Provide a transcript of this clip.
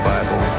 Bible